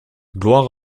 gloire